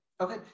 Okay